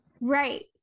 Right